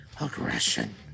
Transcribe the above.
aggression